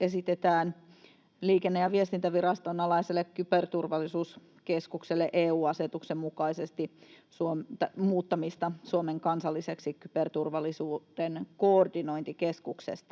esitetään Liikenne- ja viestintäviraston alaisen Kyberturvallisuuskeskuksen muuttamista EU-asetuksen mukaisesti Suomen kansalliseksi kyberturvallisuuden koordinointikeskukseksi.